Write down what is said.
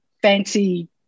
fancy